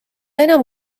enam